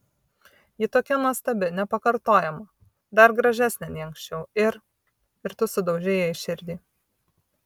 ji tokia nuostabi nepakartojama dar gražesnė nei anksčiau ir ir tu sudaužei jai širdį